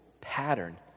pattern